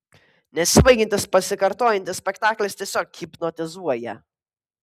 nesibaigiantis pasikartojantis spektaklis tiesiog hipnotizuoja